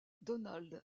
donald